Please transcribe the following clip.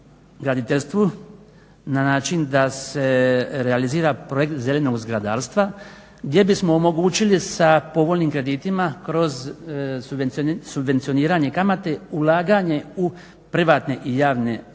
graditeljstvu na način da se realizira projekt zelenog zgradarstva gdje bismo omogućili sa povoljnim kreditima kroz subvencioniranje kamate ulaganje u privatne i javne objekte